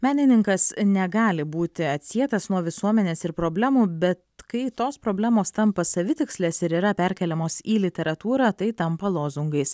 menininkas negali būti atsietas nuo visuomenės ir problemų bet kai tos problemos tampa savitikslės ir yra perkeliamos į literatūrą tai tampa lozungais